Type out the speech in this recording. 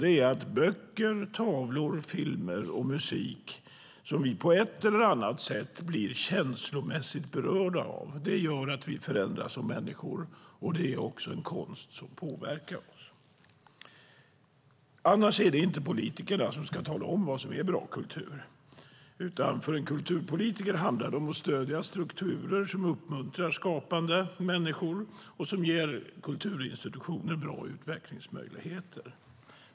Det är att böcker, tavlor, filmer och musik som vi på ett eller annat sätt blir känslomässigt berörda av gör att vi förändras som människor. Det är också en konst som påverkar oss. Annars är det inte politikerna som ska tala om vad som är bra kultur. För en kulturpolitiker handlar det om att stödja strukturer som uppmuntrar skapande människor och som ger kulturinstitutioner bra utvecklingsmöjligheter.